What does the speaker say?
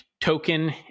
token